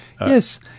Yes